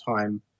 time